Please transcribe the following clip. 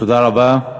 תודה רבה.